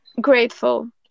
grateful